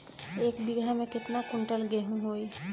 एक बीगहा में केतना कुंटल गेहूं होई?